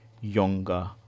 younger